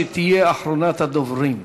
שתהיה אחרונת הדוברים.